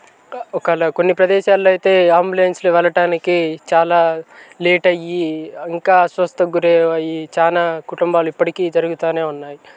ఒకవేళ కొన్ని ప్రదేశాలలో అయితే అంబులెన్స్లో వెళ్ళటానికి చాలా లేట్ అయ్యి ఇంకా అస్వస్థతకు గురి అయ్యి చాలా కుటుంబాలు ఇప్పటికీ జరుగుతు ఉన్నాయి